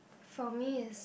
for me is